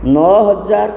ନଅ ହଜାର